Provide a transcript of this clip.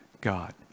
God